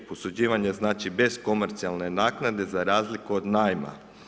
Posuđivanje znači bez komercijalne naknade za razliku od najma.